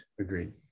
agreed